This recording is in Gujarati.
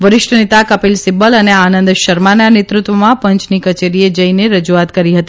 વરિષ્ઠ નેતા કપીલ સિબ્બલ અને આનંદ શર્માના નેતૃત્વમાં પંચની કચેરીએ જઇને રજૂઆત કરી હતી